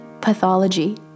pathology